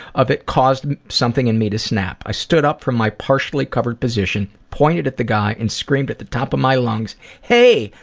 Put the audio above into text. of it caused something in me to snap. i stood up from my partially-covered position, pointed at the guy, and screamed at the top of my lungs hey,